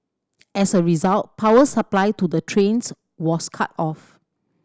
as a result power supply to the trains was cut off